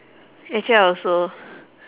actually I also